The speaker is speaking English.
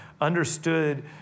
understood